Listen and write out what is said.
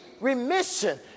remission